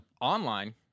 Online